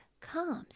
comes